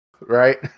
right